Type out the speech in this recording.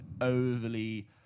overly